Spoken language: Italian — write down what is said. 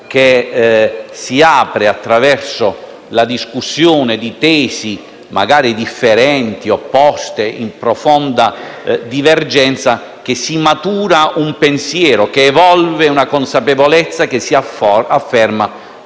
confronto, attraverso la discussione di tesi magari differenti, opposte, in profonda divergenza, che si matura un pensiero, che evolve la consapevolezza, che si afferma